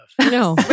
no